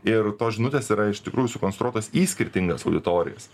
ir tos žinutės yra iš tikrųjų sukonstruotos į skirtingas auditorijas